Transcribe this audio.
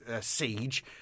Siege